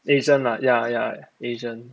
asian lah ya ya asian